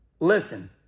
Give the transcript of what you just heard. Listen